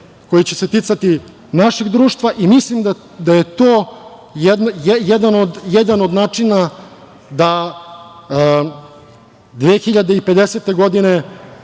koja će se ticati našeg društva. Mislim da je to jedan od načina da 2050. godine